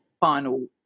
final